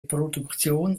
produktion